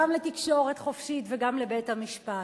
גם לתקשורת חופשית וגם לבית-המשפט.